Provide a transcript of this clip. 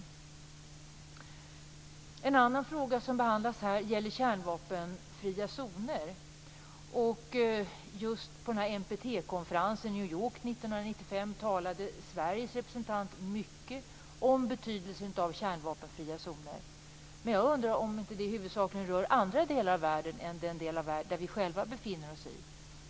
En annan fråga som behandlas här gäller kärnvapenfria zoner. Just på NPT-konferensen i New York 1995 talade Sveriges representant mycket om betydelsen av kärnvapenfria zoner. Men jag undrar om inte det huvudsakligen rör andra delar av världen än den del av världen där vi själva befinner oss.